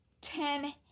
ten